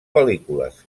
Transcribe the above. pel·lícules